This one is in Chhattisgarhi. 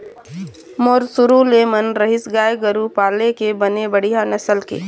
मोर शुरु ले मन रहिस गाय गरु पाले के बने बड़िहा नसल के